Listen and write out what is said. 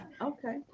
Okay